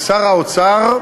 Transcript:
ושר האוצר,